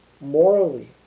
morally